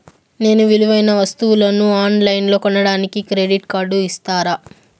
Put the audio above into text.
నేను విలువైన వస్తువులను ఆన్ లైన్లో కొనడానికి క్రెడిట్ కార్డు ఇస్తారా?